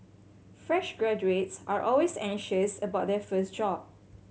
fresh graduates are always anxious about their first job